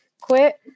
quit